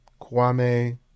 Kwame